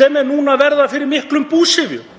sem er núna að verða fyrir miklum búsifjum.